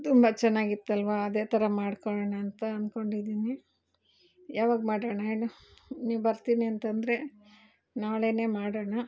ತುಂಬ ಚೆನ್ನಾಗಿತ್ತಲ್ವ ಅದೇ ಥರ ಮಾಡ್ಕೊಳ್ಳೋಣ ಅಂತ ಅಂದ್ಕೊಂಡಿದ್ದೀನಿ ಯಾವಾಗ ಮಾಡೋಣ ಹೇಳು ನೀನು ಬರ್ತೀನಿ ಅಂತಂದ್ರೆ ನಾಳೆನೇ ಮಾಡೋಣ